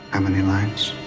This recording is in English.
how many lines